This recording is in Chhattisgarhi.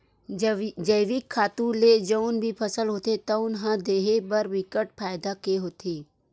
जइविक खातू ले जउन भी फसल होथे तउन ह देहे बर बिकट फायदा के होथे